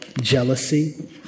jealousy